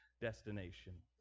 destination